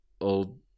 old